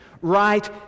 right